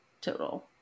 total